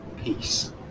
peace